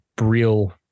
real